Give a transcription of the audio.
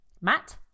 Matt